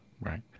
Right